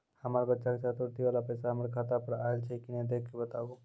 हमार बच्चा के छात्रवृत्ति वाला पैसा हमर खाता पर आयल छै कि नैय देख के बताबू?